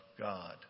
God